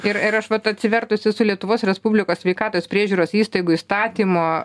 ir ir aš vat atsivertus esu lietuvos respublikos sveikatos priežiūros įstaigų įstatymo